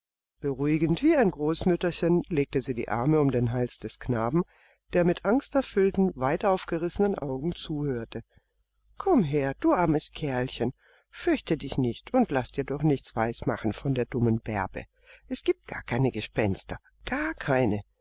beruhigend wie ein großmütterchen legte sie die arme um den hals des knaben der mit angsterfüllten weit aufgerissenen augen zuhörte komm her du armes kerlchen fürchte dich nicht und laß dir doch nichts weismachen von der dummen bärbe es gibt gar keine gespenster gar keine